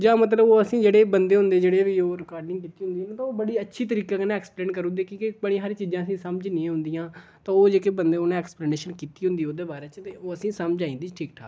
जां मतलब ओह् असेंगी जेह्ड़े बंदे होंदे जेह्ड़े ओह् रकार्डिंग कीती दी होंदी ते ओह् बड़ी अच्छी तरीके कन्नै ऐक्सप्लेन करी ओड़दे कि के बड़ी हारियां चीजां असेंगी समझ नेईं औंदियां तो ओह् जेह्के बंदे उ'नें ऐक्सप्लेनशन कीती दी होंदी ओह्दे बारे च ते ओह् असेंगी समझ आई जंदी ठीक ठाक